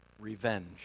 revenge